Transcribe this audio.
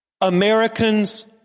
Americans